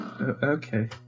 Okay